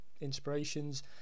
Inspirations